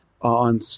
On